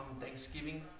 Thanksgiving